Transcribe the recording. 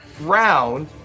round